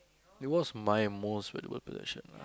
it was my most valuable possession lah